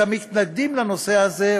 את המתנגדים לנושא הזה,